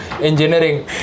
engineering